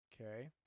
okay